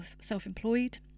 self-employed